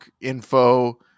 info